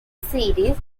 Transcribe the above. series